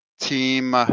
team